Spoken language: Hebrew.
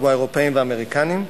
כמו האירופים והאמריקנים,